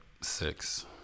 Six